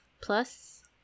plus